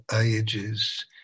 ages